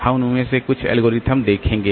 हम उनमें से कुछ एल्गोरिदम देखेंगे